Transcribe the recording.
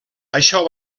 això